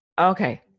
Okay